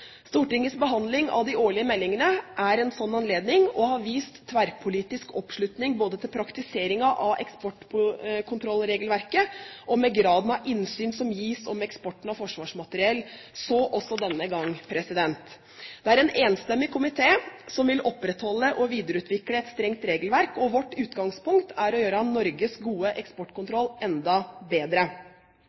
Stortingets behandling av de årlige meldingene er en slik anledning og har vist tverrpolitisk oppslutning både om praktiseringen av eksportkontrollregelverket og om graden av innsyn som gis om eksporten av forsvarsmateriell. Så også denne gang. Det er en enstemmig komité som vil opprettholde og videreutvikle et strengt regelverk, og vårt utgangspunkt er å gjøre Norges gode eksportkontroll enda bedre.